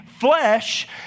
flesh